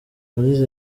yagize